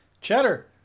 Cheddar